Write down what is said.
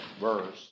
verse